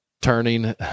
turning